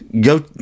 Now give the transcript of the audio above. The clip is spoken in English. go